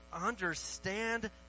understand